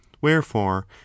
wherefore